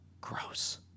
gross